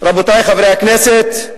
רבותי חברי הכנסת,